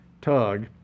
Tug